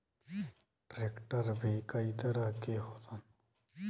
tractor भी कई तरह के होलन